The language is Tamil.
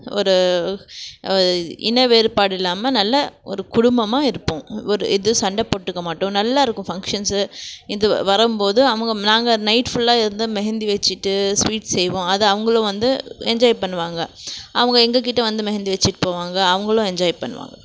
ஒரு இனவேறுபாடு இல்லாமல் நல்ல ஒரு குடும்பமாக இருப்போம் ஒரு இது சண்டை போட்டுக்க மாட்டோம் நல்லாயிருக்கும் ஃபங்சன்ஸு இது வரும்போது அவங்க நாங்கள் நைட் ஃபுல்லாக இருந்து மெஹந்தி வச்சுட்டு ஸ்வீட்ஸ் செய்வோம் அதை அவங்களும் வந்து என்ஜாய் பண்ணுவாங்க அவங்க எங்க கிட்டே வந்து மெஹந்தி வச்சுட்டு போவாங்க அவுங்களும் என்ஜாய் பண்ணுவாங்க